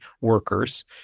workers